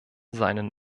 seinen